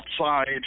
outside